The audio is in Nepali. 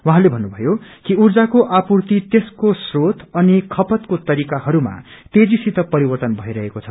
उहाँले भन्नुभयो क ऊर्जाको आपूर्ति त्यसको म्रोत अनि खपतको तरीकाहरूमा तेजीसित परिवर्तन भइरेको छ